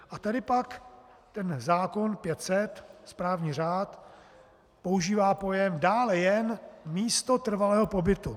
A tady pak ten zákon 500, správní řád, používá pojem dále jen místo trvalého pobytu.